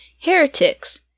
heretics